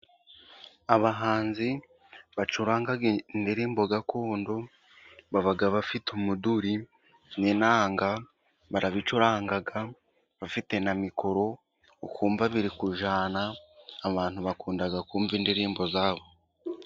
Abahanzi bacuranga indirimbo gakondo baba bafite umuduri n'inanga, barabicuranga, bafite na mikoro, ukumva bari kujyana, abantu bakunda kumva indirimbo zabo.